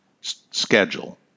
schedule